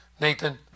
Nathan